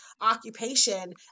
occupation